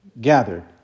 gathered